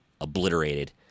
obliterated